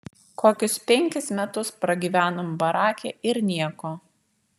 kokius penkis metus pragyvenom barake ir nieko